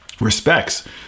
respects